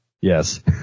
Yes